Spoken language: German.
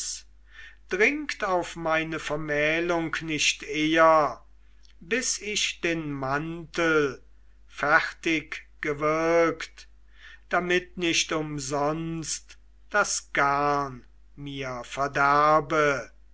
dringt auf meine vermählung nicht eher bis ich den mantel fertig gewirkt damit nicht umsonst das garn mir verderbe